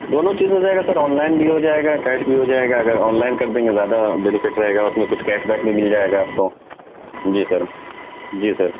دونوں چیز ہو جائے گا سر لائن بھی ہو جائے گا کیش بھی ہو جائے گا اگر آن لائن کر دیں گے زیادہ بینیفٹ ہو جائے گا اُس میں کچھ کیش بیک بھی مل جائے گا آپ کو جی سر جی سر